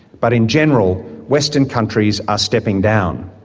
but in general, western countries are stepping down.